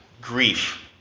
grief